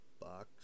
box